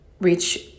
reach